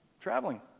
traveling